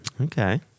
Okay